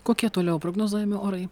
kokie toliau prognozuojami orai